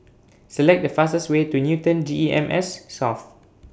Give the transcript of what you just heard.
Select The fastest Way to Newton G E M S South